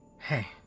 Hey